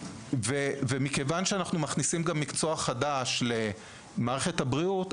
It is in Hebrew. מכיוון שאנחנו מכניסים מקצוע חדש למערכת הבריאות,